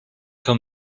tell